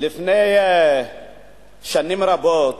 לפני שנים רבות,